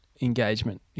engagement